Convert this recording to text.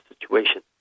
situation